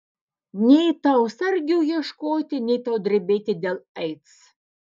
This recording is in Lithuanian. nei tau sargių ieškoti nei tau drebėti dėl aids